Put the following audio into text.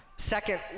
Second